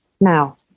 now